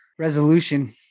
resolution